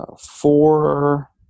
four